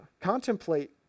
Contemplate